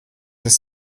des